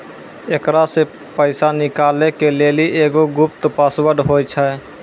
एकरा से पैसा निकालै के लेली एगो गुप्त पासवर्ड होय छै